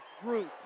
group